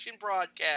broadcast